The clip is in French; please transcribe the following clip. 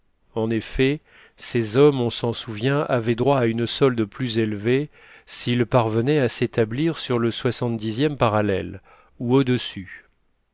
en effet ses hommes on s'en souvient avaient droit à une solde plus élevée s'ils parvenaient à s'établir sur le soixante dixième parallèle ou au-dessus